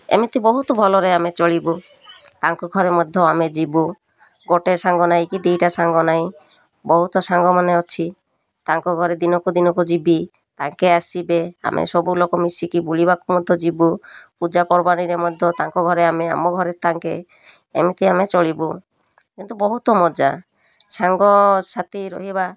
ଏମିତି ବହୁତ ଭଲରେ ଆମେ ଚଳିବୁ ତାଙ୍କ ଘରେ ମଧ୍ୟ ଆମେ ଯିବୁ ଗୋଟେ ସାଙ୍ଗ ନାହିଁ କି ଦୁଇଟା ସାଙ୍ଗ ନାହିଁ ବହୁତ ସାଙ୍ଗମାନେ ଅଛି ତାଙ୍କ ଘରେ ଦିନକୁ ଦିନକୁ ଯିବି ତାଙ୍କେ ଆସିବେ ଆମେ ସବୁ ଲୋକ ମିଶିକି ବୁଲିବାକୁ ମଧ୍ୟ ଯିବୁ ପୂଜାପର୍ବାଣିରେ ମଧ୍ୟ ତାଙ୍କ ଘରେ ଆମେ ଆମ ଘରେ ତାଙ୍କେ ଏମିତି ଆମେ ଚଳିବୁ କିନ୍ତୁ ବହୁତ ମଜା ସାଙ୍ଗସାଥି ରହିବା